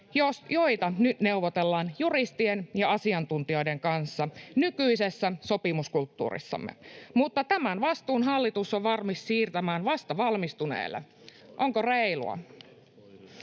joita neuvotellaan juristien ja asiantuntijoiden kanssa nykyisessä sopimuskulttuurissamme. Mutta tämän vastuun hallitus on valmis siirtämään vastavalmistuneelle. Onko reilua?